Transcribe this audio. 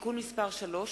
(תיקון מס' 3),